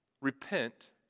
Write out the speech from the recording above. repent